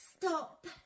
stop